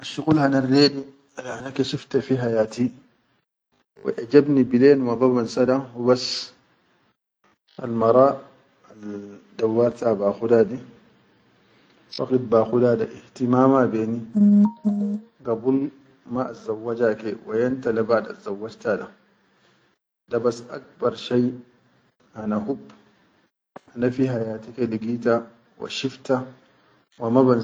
Asshuqul hanal rede ana shifta fi hayati, wa ejabni bilen wa ma ban sa da hubas al mara al dauwarta ba khuda di, waqit ba khuda di ihtimama be ni, gabul ma azzauwaja ke wa yom ta le baʼadal zauwajta da, da bas akhbar shai ana hub ana fi hayati ke ligita wa shifta wa.